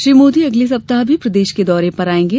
श्री मोदी अगले सप्ताह भी प्रदेश के दौरे पर आयेंगे